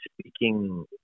speaking